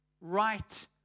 right